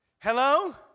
Hello